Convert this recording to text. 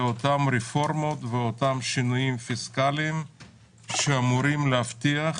אותן רפורמות ואותם שינויים פיסקליים שאמורים להבטיח